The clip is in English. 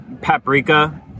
paprika